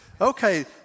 okay